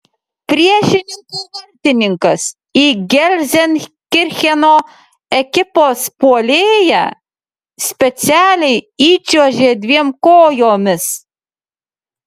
priešininkų vartininkas į gelzenkircheno ekipos puolėją specialiai įčiuožė dviem kojomis